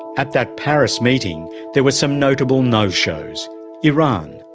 at that paris meeting, there were some notable no-shows iran,